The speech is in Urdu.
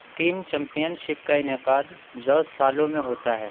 ٹیم چیمپئن شپ کا انعقاد زوج سالوں میں ہوتا ہے